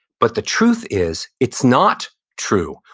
but the truth is it's not true.